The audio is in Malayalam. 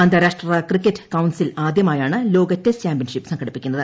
അന്താരാഷ്ട്ര ക്രിക്കറ്റ് കൌൺസിൽ ആദ്യമായാണ് ലോക ടെസ്റ്റ് ചാമ്പ്യൻഷിപ്പ് സംഘടിപ്പിക്കുന്നത്